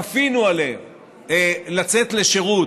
כפינו עליהם לצאת לשירות,